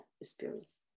experience